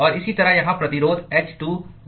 और इसी तरह यहाँ प्रतिरोध h2 गुणा A में दिया गया है